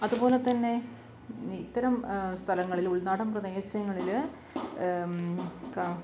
അതുപോല തന്നെ ഇത്തരം സ്ഥലങ്ങളിൽ ഉൾനാടൻ പ്രദേശങ്ങളിൽ ക